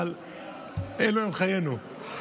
אבל אלו הם חיינו.